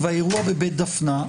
והאירוע בבית דפנה,